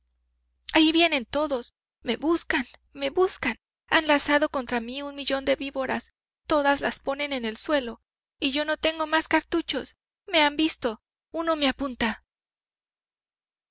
ahí vienen vienen todos me buscan me buscan han lanzado contra mí un millón de víboras todos las ponen en el suelo y yo no tengo más cartuchos me han visto uno me apunta